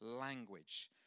language